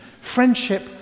friendship